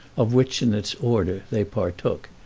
of which, in its order, they partook,